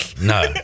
No